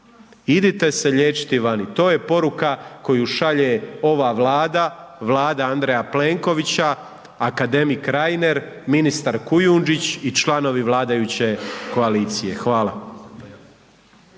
Idite se liječiti vani, to je poruka koju šalje ova Vlada, Vlada Andreja Plenkovića, akademik Reiner, ministar Kujundžić i članovi vladajuće koalicije. Hvala.